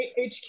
HQ